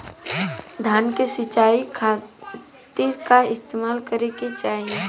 धान के सिंचाई खाती का इस्तेमाल करे के चाही?